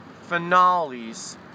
finales